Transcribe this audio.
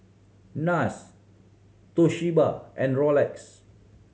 Nars Toshiba and Rolex